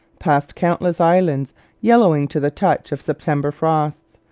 past countless islands yellowing to the touch of september frosts,